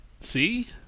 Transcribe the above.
See